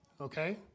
okay